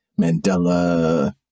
Mandela